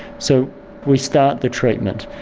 so we start the treatment.